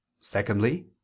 secondly